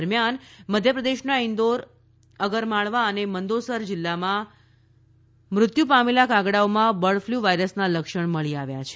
દરમિયાન મધ્યપ્રદેશના ઇન્દોર અગર માળવા અને મંદસોર જીલ્લામાં મૃત્યુ પામેલા કાગડાઓમાં બર્ડફ્લૂ વાયરસના લક્ષણ મળી આવ્યા છે